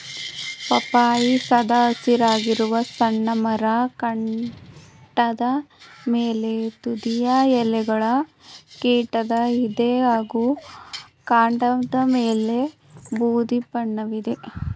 ಪಪ್ಪಾಯಿ ಸದಾ ಹಸಿರಾಗಿರುವ ಸಣ್ಣ ಮರ ಕಾಂಡದ ಮೇಲೆ ತುದಿಯ ಎಲೆಗಳ ಕಿರೀಟ ಇದೆ ಹಾಗೂ ಕಾಂಡದಮೇಲೆ ಬೂದಿ ಬಣ್ಣವಿದೆ